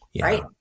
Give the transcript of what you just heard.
right